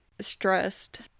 stressed